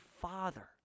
Father